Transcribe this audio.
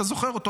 אתה זוכר אותו,